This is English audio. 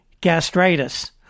gastritis